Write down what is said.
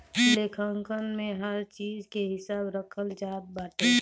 लेखांकन में हर चीज के हिसाब रखल जात बाटे